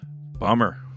Bummer